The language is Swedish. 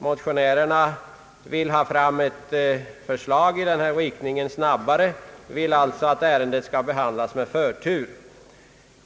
Motionärerna vill ha fram ett förslag i denna riktning snabbare, vill alltså att ärendet skall behandlas med förtur.